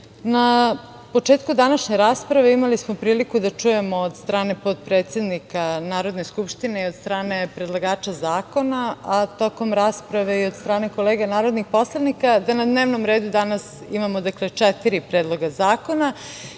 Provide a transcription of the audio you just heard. na početku današnje rasprave imali smo priliku da čujemo od strane potpredsednika Narodne skupštine, od strane predlagača zakona, a tokom rasprave i od strane kolega narodnih poslanika da na dnevnom redu danas imamo četiri predloga zakona,